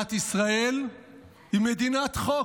מדינת ישראל היא מדינת חוק.